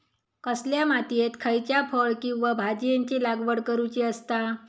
कसल्या मातीयेत खयच्या फळ किंवा भाजीयेंची लागवड करुची असता?